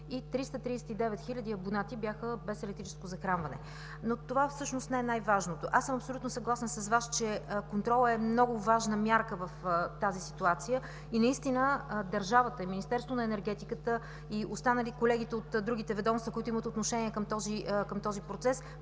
и 339 хил. абонати бяха без електрическо захранване, но това всъщност не е най-важното. Аз съм абсолютно съгласна с Вас, че контролът е много важна мярка в тази ситуация и наистина държавата, Министерството на енергетиката и колегите от другите ведомства, които имат отношение към този процес,